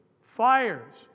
fires